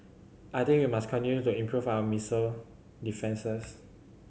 I think we must continue to improve our missile defences